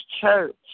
Church